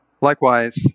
Likewise